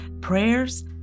prayers